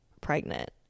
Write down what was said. pregnant